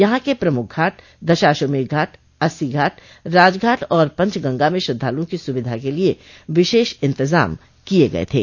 यहाँ के प्रमुख घाट दशाश्वमेध घाट अस्सी घाट राजघाट और पंचगंगा में श्रद्धालुओं की सुविधा के लिए विशेष इन्तजाम किये गये थे